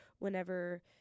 Whenever